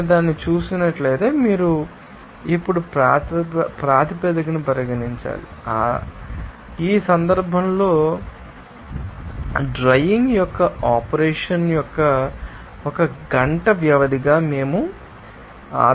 నేను దీనిని చూసినట్లయితే మీరు ఇప్పుడు ప్రాతిపదికను పరిగణించాలి ఆధారం ఏమిటి ఈ సందర్భంలో డ్రైయ్యింగ్ యొక్క ఆపరేషన్ యొక్క ఒక గంట వ్యవధిగా మేము ఆధారాన్ని పరిగణించవచ్చు